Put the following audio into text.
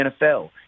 NFL